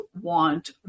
want